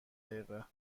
دقیقه